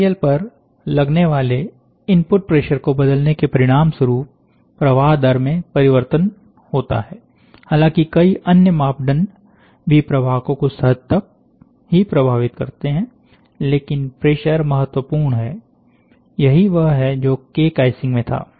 material पर लगने वाले इनपुट प्रेशर को बदलने के परिणाम स्वरूप प्रवाह दर में परिवर्तन होता है हालांकि कई अन्य मापदंड भी प्रवाह को कुछ हद तक ही प्रभावित करते हैं लेकिन प्रेशर महत्वपूर्ण है यही वह है जो केक आइसिंग में था